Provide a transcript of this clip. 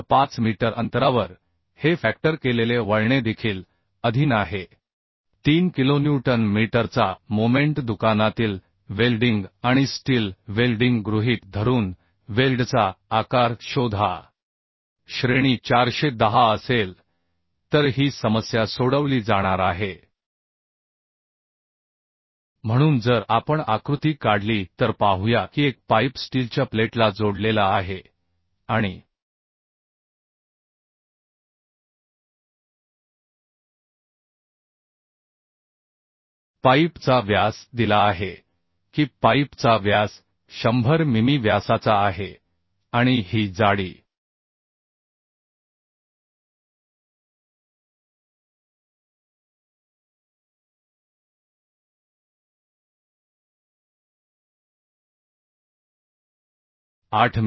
5 metre अंतरावर हे factor केलेले वळणे देखील अधीन आहे 3 किलोन्यूटन मीटरचा मोमेंट दुकानातील वेल्डिंग आणि स्टील वेल्डिंग गृहीत धरून वेल्डचा आकार शोधा श्रेणी 410 असेल तर ही समस्या सोडवली जाणार आहे म्हणून जर आपण आकृती काढली तर पाहूया की एक पाईप स्टीलच्या प्लेटला जोडलेला आहे आणि पाईपचा व्यास दिला आहे की पाईपचा व्यास 100 मिमी व्यासाचा आहे आणि ही जाडी 8 मि